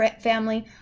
family